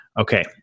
okay